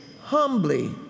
humbly